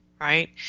Right